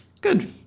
Good